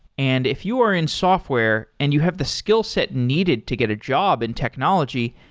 and if you are in software and you have the skill set needed to get a job in technology,